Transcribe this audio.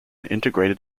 integrated